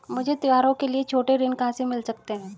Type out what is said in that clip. मुझे त्योहारों के लिए छोटे ऋण कहां से मिल सकते हैं?